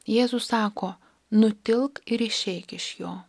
jėzus sako nutilk ir išeik iš jo